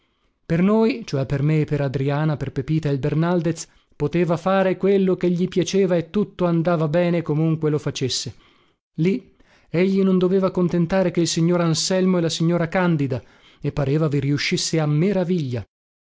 per noi cioè per me e per adriana per pepita e il bernaldez poteva far quello che gli piaceva e tutto andava bene comunque lo facesse lì egli non doveva contentare che il signor anselmo e la signora candida e pareva vi riuscisse a meraviglia